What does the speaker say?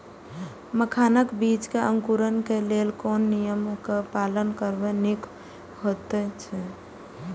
मखानक बीज़ क अंकुरन क लेल कोन नियम क पालन करब निक होयत अछि?